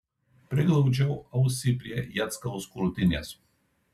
priglaudžiau ausį prie jackaus krūtinės